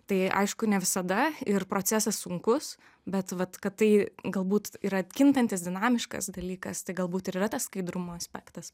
tai aišku ne visada ir procesas sunkus bet vat kad tai galbūt yra kintantis dinamiškas dalykas tai galbūt ir yra tas skaidrumo aspektas